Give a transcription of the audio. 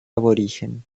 aborigen